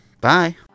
Bye